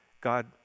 God